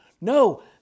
No